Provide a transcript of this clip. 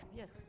yes